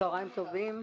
צוהריים טובים.